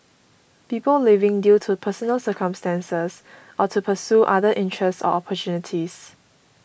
people leaving due to personal circumstances or to pursue other interests or opportunities